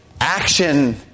action